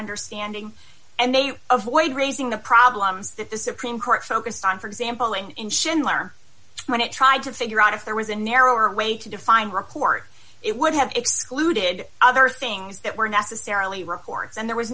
understanding and they avoid raising the problems that the supreme court focused on for example and in schindler when it tried to figure out if there was a narrower way to define report it would have excluded other things that were necessarily reports and there was